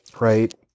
Right